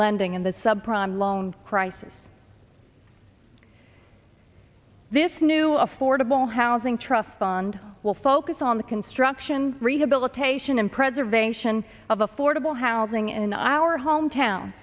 lending in the subprime loan crisis this new affordable housing trust fund will focus on the construction rehabilitation and preservation of affordable housing in our hometown